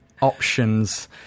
options